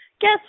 Guess